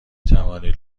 توانید